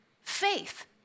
faith